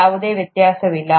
ಯಾವುದೇ ವ್ಯತ್ಯಾಸವಿಲ್ಲ